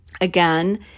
Again